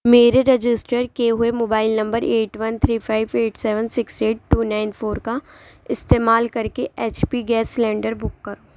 میرے رجسٹر کیے ہوئے mobile number eight one three five eight seven six eight two nine four کا استعمال کرکے H P gas cylinder book کرو